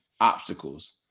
obstacles